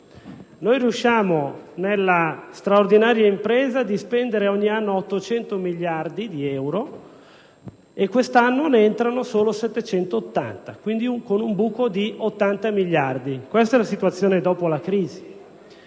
Noi riusciamo nella straordinaria impresa di spendere ogni anno 800 miliardi di euro, laddove quest'anno ne entrano solo 720 miliardi. Quindi, vi è un buco di 80 miliardi. Questa è la situazione dopo la crisi